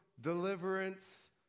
deliverance